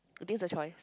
it is a choice